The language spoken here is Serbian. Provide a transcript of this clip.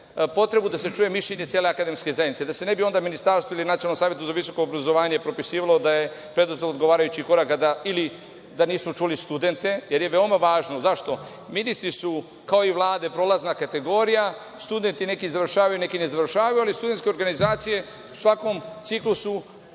potrebu da se čuje mišljenje cele akademske zajednice. Da se ne bi onda Ministarstvu ili Nacionalnom savetu za visoko obrazovanje pripisivalo da je preduslov odgovarajućih koraka da ili da nisu čuli studente, jer je veoma važno.Zašto? Ministri su kao i Vlade prolazna kategorija, studenti neki završavaju neki ne završavaju ali studentske organizacije u svakom ciklusu